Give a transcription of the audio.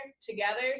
together